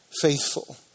faithful